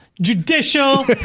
judicial